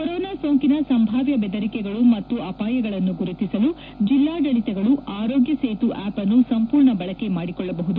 corona ಸೋಂಕಿನ ಸಂಭಾವ್ಯ ಬೆದರಿಕೆಗಳು ಮತ್ತು ಅಪಾಯಗಳನ್ನು ಗುರುತಿಸಲು ಜಿಲ್ಲಾಡಳಿತಗಳು ಆರೋಗ್ಯ ಸೇತು ಆ್ಯಪ್ ಅನ್ನು ಸಂಪೂರ್ಣ ಬಳಕೆ ಮಾಡಿಕೊಳ್ಳಬಹುದು